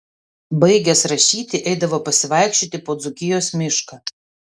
baigęs rašyti eidavo pasivaikščioti po dzūkijos mišką